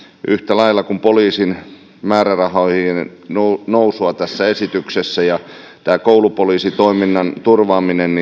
yhtä lailla kuin poliisin määrärahojen nousuun tässä esityksessä koulupoliisitoiminnan turvaaminen